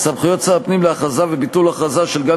סמכויות שר הפנים להכרזה וביטול הכרזה של "גן